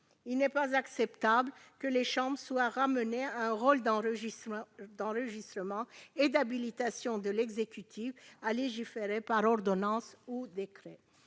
Il n'est pas acceptable que les chambres soient réduites à un rôle d'enregistrement et d'habilitation de l'exécutif à légiférer par ordonnances ou par décrets.